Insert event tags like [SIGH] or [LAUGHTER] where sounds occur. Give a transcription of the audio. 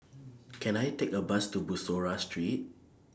[NOISE] Can I Take A Bus to Bussorah Street